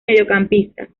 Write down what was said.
mediocampista